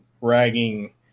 ragging